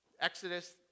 Exodus